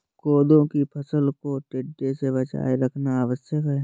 कोदो की फसलों को टिड्डों से बचाए रखना आवश्यक है